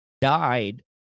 died